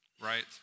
right